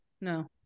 No